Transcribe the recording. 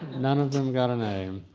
none of them got an a.